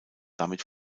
damit